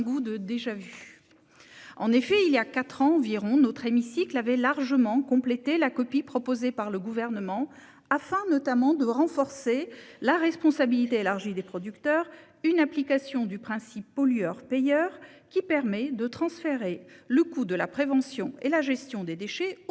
goût de déjà-vu. En effet, il y a quatre ans environ, nous avions dans cet hémicycle largement complété la copie proposée par le Gouvernement, afin notamment de renforcer la responsabilité élargie des producteurs, une application du principe pollueur-payeur qui permet de transférer le coût de la prévention et la gestion des déchets aux